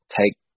take